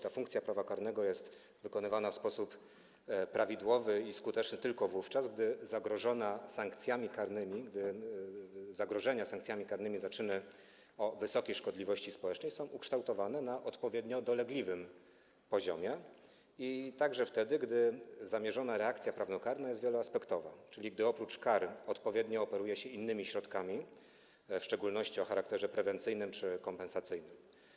Ta funkcja prawa karnego jest wykonywana w sposób prawidłowy i skuteczny wówczas, gdy zagrożenia sankcjami karnymi za czyny o wysokiej szkodliwości społecznej są ukształtowane na odpowiednio dolegliwym poziomie, a także wtedy, gdy zamierzona reakcja prawnokarna jest wieloaspektowa, czyli gdy oprócz kary odpowiednio operuje się innymi środkami, w szczególności o charakterze prewencyjnym czy kompensacyjnym.